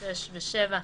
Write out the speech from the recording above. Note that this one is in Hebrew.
(6) ו-(7)